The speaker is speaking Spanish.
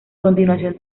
continuación